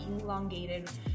elongated